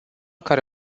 care